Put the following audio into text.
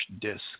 disk